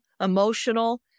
emotional